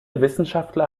wissenschaftler